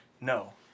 No